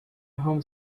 home